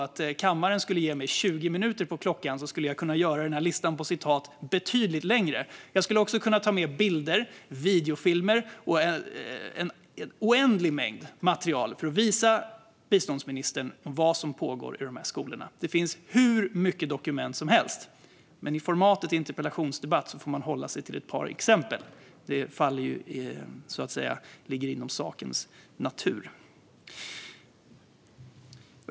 Om jag skulle få 20 minuter på mig skulle jag kunna göra listan betydligt längre. Jag skulle också kunna ta med bilder, videofilmer och en oändlig mängd material för att visa biståndsministern vad som pågår i de här skolorna. Det finns hur mycket som helst dokumenterat. Men i en interpellationsdebatt får man hålla sig till ett par exempel. Det ligger i sakens natur.